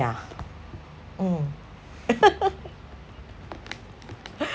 yeah mm